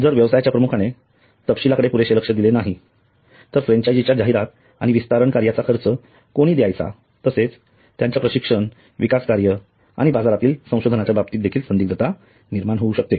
जर व्यवसायाच्या प्रमुखाने तपशिलांकडे पुरेसे लक्ष दिले नाही तर फ्रेंचाइझी च्या जाहिरात आणि विस्तारन कार्याचा खर्च कोणी द्यायचा तसेच त्यांच्या प्रशिक्षण विकास कार्य आणि बाजारातील संशोधनाच्या बाबतीत देखील संदिग्धता निर्माण होऊ शकते